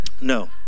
No